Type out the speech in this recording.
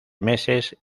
meses